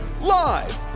Live